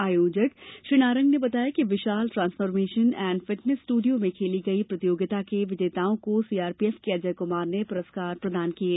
आयोजक श्री नारंग ने बताया कि Vishal transformation and fitness studio में खेली गई प्रतियोगिता के विजेताओं को सीआरपीएफ के अजय कुमार ने पुरस्कार प्रदान किये